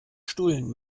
stullen